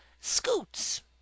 scoots